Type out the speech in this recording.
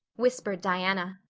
whispered diana.